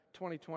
2020